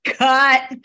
cut